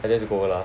I just go lah